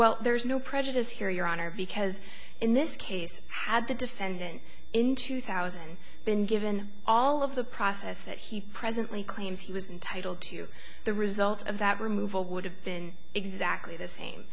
well there's no prejudice here your honor because in this case had the defendant in two thousand been given all of the process that he presently claims he was entitled to the results of that removal would have been exactly the same